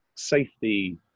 safety